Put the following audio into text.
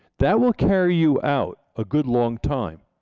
that will carry you out a good long time.